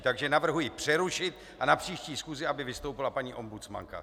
Takže navrhuji přerušit a na příští schůzi aby vystoupila paní ombudsmanka.